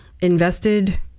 invested